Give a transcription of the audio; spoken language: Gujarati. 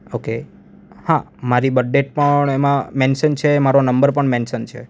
ઓકે હા મારી બર્ડ ડેટ પણ એમાં મેન્શન છે મારો નંબર પણ મેન્શન છે